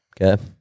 Okay